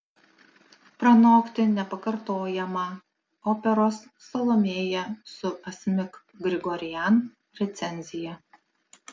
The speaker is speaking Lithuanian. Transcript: pranokti nepakartojamą operos salomėja su asmik grigorian recenzija